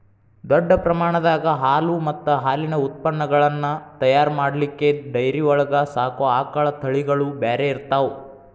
ದೊಡ್ಡ ಪ್ರಮಾಣದಾಗ ಹಾಲು ಮತ್ತ್ ಹಾಲಿನ ಉತ್ಪನಗಳನ್ನ ತಯಾರ್ ಮಾಡ್ಲಿಕ್ಕೆ ಡೈರಿ ಒಳಗ್ ಸಾಕೋ ಆಕಳ ತಳಿಗಳು ಬ್ಯಾರೆ ಇರ್ತಾವ